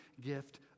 gift